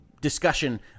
discussion